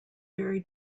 very